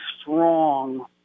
strong